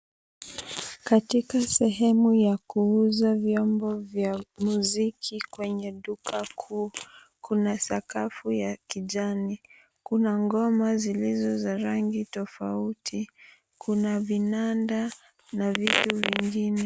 Katika sehemu ya kuuza viombo vya mziki kuna sakafu ya kijani na ngoma zilizo na rangi tofauti. Kuna vinanda na vitu vingine.